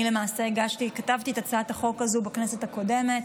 למעשה, כתבתי את הצעת החוק הזאת בכנסת הקודמת,